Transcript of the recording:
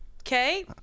okay